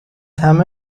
همه